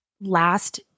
last